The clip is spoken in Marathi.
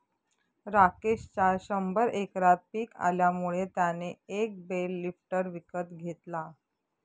राकेशच्या शंभर एकरात पिक आल्यामुळे त्याने एक बेल लिफ्टर विकत घेतला